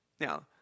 Now